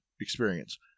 experience